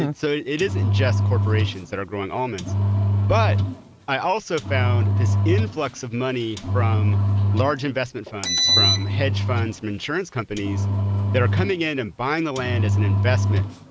and so it isn't just corporations that are growing almonds but i also found this influx of money from large investment funds, from hedge funds and from insurance companies that are coming in and buying the land as an investment.